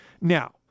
Now